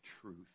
truth